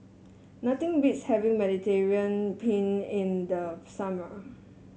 nothing beats having Mediterranean Penne in the summer